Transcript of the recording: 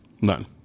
none